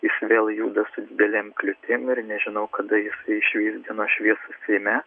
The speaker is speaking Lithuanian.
jis vėl juda su didelėm kliūtim ir nežinau kada išvys dienos šviesą seime